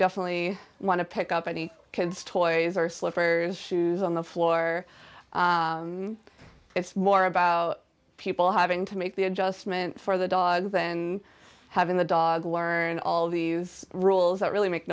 definitely want to pick up any kids toys or slippers shoes on the floor it's more about people having to make the adjustment for the dog than having the dog learn all these rules that really make